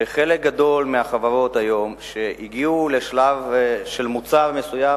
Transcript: היום חלק גדול מהחברות שהגיעו לשלב של מוצר מסוים,